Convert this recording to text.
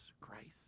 Christ